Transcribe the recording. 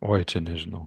oi čia nežinau